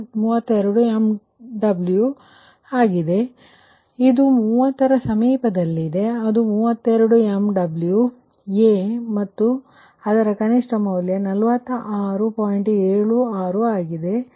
ಆದ್ದರಿಂದ ಇದು 30ರ ಸಮೀಪದಲ್ಲಿದೆ ಅದು 32 MW Aಮತ್ತು ಅದರ ಕನಿಷ್ಠ ಮೌಲ್ಯ 46